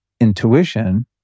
intuition